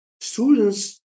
students